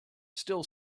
still